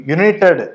United